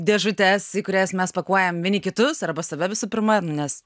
dėžutesį kurias mes pakuojam vieni kitus arba saveį visų pirma nes